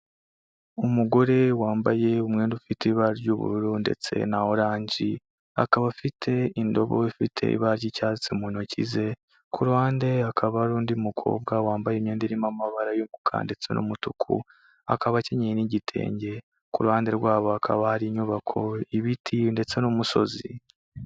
Umugore wambaye umwenda ufite ibara ry'ubururu ndetse na oranji, akaba afite indobo ifite ibara ry'icyatsi mu ntoki ze, ku ruhande hakaba harundi mukobwa wambaye imyenda irimo amabara y'umukara ndetse n'umutuku, akaba akenyeye n'igitenge ku ruhande rwabo hakaba hari inyubako, ibiti, ndetse n'umusozi.